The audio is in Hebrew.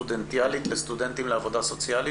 סטודנטים וסטודנטיות לעבודה סוציאלית,